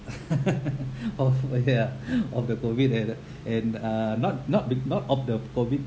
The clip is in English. of okay ah of the COVID and and ah not not the not of the COVID